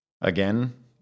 again